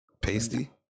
Pasty